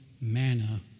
manna